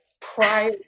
prior